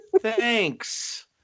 thanks